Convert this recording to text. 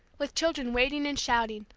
with children wading and shouting,